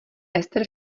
ester